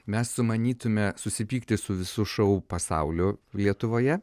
mes sumanytume susipykti su visu šou pasauliu lietuvoje